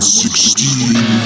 sixteen